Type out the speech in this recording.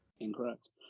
Incorrect